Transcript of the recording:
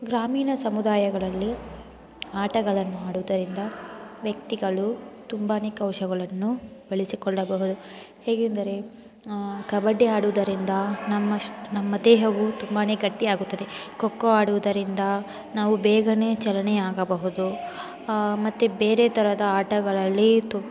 ಗ್ರಾಮೀಣ ಸಮುದಾಯಗಳಲ್ಲಿ ಆಟಗಳನ್ನು ಆಡುವುದರಿಂದ ವ್ಯಕ್ತಿಗಳು ತುಂಬಾ ಕೌಶಲಗಳನ್ನು ಬೆಳೆಸಿಕೊಳ್ಳಬಹುದು ಹೇಗೆಂದರೆ ಕಬಡ್ಡಿ ಆಡುವುದರಿಂದ ನಮ್ಮ ಶ್ ನಮ್ಮ ದೇಹವು ತುಂಬಾ ಗಟ್ಟಿಯಾಗುತ್ತದೆ ಖೋ ಖೋ ಆಡುವುದರಿಂದ ನಾವು ಬೇಗನೆ ಚಲನೆ ಆಗಬಹುದು ಮತ್ತು ಬೇರೆ ಥರದ ಆಟಗಳಲ್ಲಿ